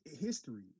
history